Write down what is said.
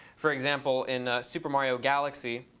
for example in super mario galaxy